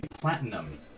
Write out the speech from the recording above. platinum